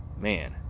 Man